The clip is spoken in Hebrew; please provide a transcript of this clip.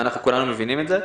ואנחנו כולנו מבינים את זה.